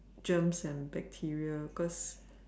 germs and bacteria cause